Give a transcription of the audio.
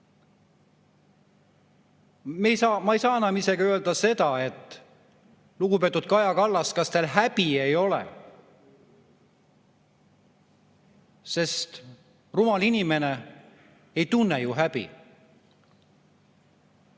Ma ei saa enam isegi öelda seda: "Lugupeetud Kaja Kallas, kas teil häbi ei ole?" Rumal inimene ei tunne ju häbi.